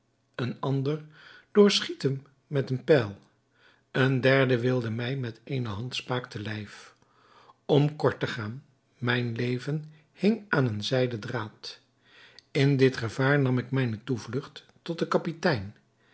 een ander doorschiet hem met een pijl een derde wilde mij met eene handspaak te lijf om kort te gaan mijn leven hing aan een zijden draad in dit gevaar nam ik mijne toevlugt tot den kapitein